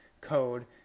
code